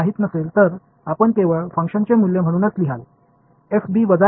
ஆனால் இப்போது df க்கு கிரேடியன்ட் இன் அடிப்படையில் ஒரு நல்ல அடையாளமும் உள்ளது